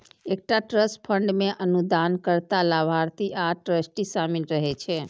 एकटा trust fund मे अनुदानकर्ता, लाभार्थी आ ट्रस्टी शामिल रहै छै